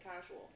casual